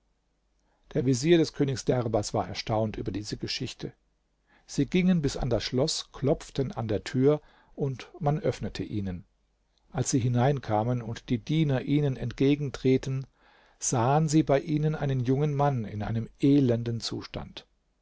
der vezier des königs derbas war erstaunt über diese geschichte sie gingen bis an das schloß klopften an der tür und man öffnete ihnen als sie hineinkamen und die diener ihnen entgegentreten sahen sie bei ihnen einen jungen mann in einem elenden zustand